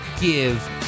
give